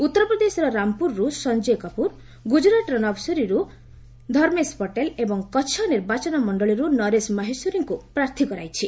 ଉତ୍ତରପ୍ରଦେଶରର ରାମପୁରରୁ ସଂଜୟ କାପୁର ଗୁଜରାଟର ନବସରିରୁ ଧର୍ମେସ୍ ପଟେଲ ଏବଂ କଛ ନିର୍ବାଚନ ମଣ୍ଡଳୀରୁ ନରେଶ ମାହେଶ୍ୱରୀଙ୍କୁ ପ୍ରାର୍ଥୀ କରାଇଛି